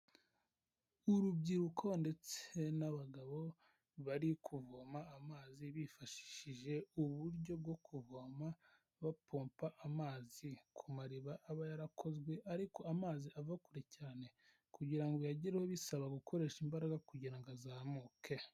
Urubyiruko ndetse n'abagabo bari kuvoma amazi bifashishije uburyo bwo kuvoma bapompa amazi, ku mariba aba yarakozwe, ariko amazi ava kure cyane, kugira ngo uyagereho bisaba gukoresha imbaraga kugira ngo azamuke.